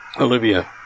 Olivia